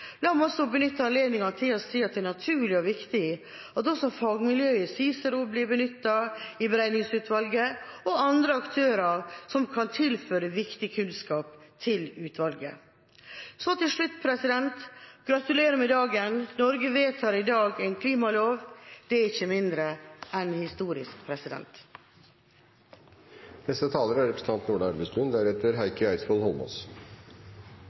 La meg også benytte anledningen til å si at det er naturlig og viktig at også fagmiljøet i CICERO blir benyttet i beregningsutvalget og andre aktører som kan tilføre viktig kunnskap til utvalget. Så til slutt: Gratulerer med dagen! Norge vedtar i dag en klimalov. Det er ikke mindre enn historisk. Global oppvarming er